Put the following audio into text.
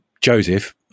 Joseph